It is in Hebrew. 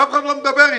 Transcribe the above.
ואף אחד לא מדבר אתם.